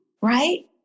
right